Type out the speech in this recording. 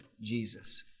Jesus